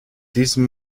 diesem